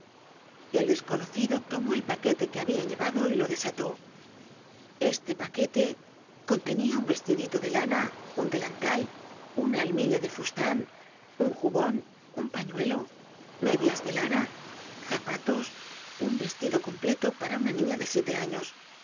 el desconocido tomó el paquete que habia llevado y lo desató este paquete contenia un vestidito de lana un delantal una almilla de fustan un jubon un pañuelo medias de lana zapatos un vestido completo para una niña de siete años